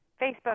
Facebook